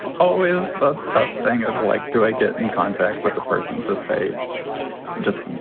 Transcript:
always the tough thing of like, do i get in contact with the person to say just